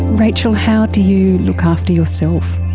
rachel, how do you look after yourself?